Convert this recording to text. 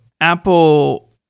Apple